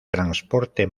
transporte